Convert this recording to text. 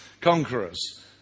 conquerors